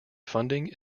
funding